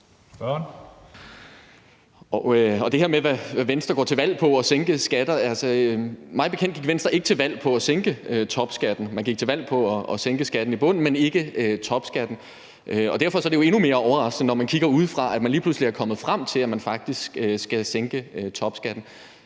til det her med, hvad Venstre går til valg på, altså at sænke skatter, vil jeg sige, at mig bekendt gik Venstre ikke til valg på at sænke topskatten. Man gik til valg på at sænke skatten i bunden, men ikke topskatten. Derfor er det jo endnu mere overraskende, når man kigger udefra, at man lige pludselig er kommet frem til, at man faktisk skal sænke topskatten.